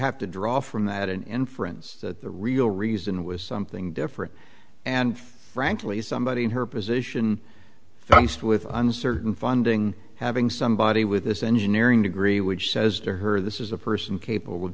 have to draw from that an inference that the real reason was something different and frankly somebody in her position i'm still with uncertain funding having somebody with this engineering degree which says to her this is a person capable of